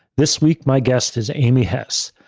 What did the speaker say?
this week, my guest is amy hess,